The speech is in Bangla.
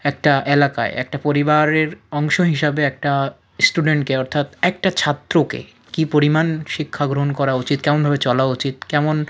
একটা এলাকায় একটা পরিবারের অংশ হিসাবে একটা স্টুডেন্টকে অর্থাৎ একটা ছাত্রকে কি পরিমাণ শিক্ষা গ্রহণ করা উচিত কেমনভাবে চলা উচিত কেমন